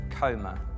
coma